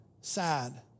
sad